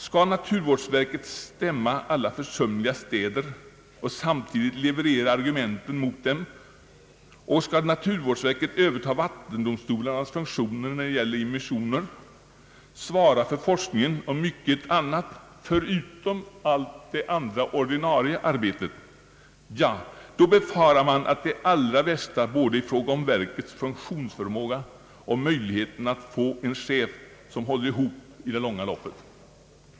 Skall naturvårdsverket stämma alla försumliga städer och samtidigt leverera argumenten mot dem, och skall naturvårdsverket överta vattendomstolarnas funktion och svara för forskningen och mycket annat förutom allt det övriga ordinarie arbetet, då kan man befara det allra värsta i fråga om både verkets funktionsförmåga och möjligheten att få en chef, som håller ihop i det långa loppet.